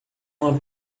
uma